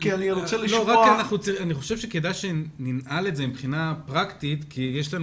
אני חושב שכדאי שננעל את זה מבחינה פרקטית כי יש לנו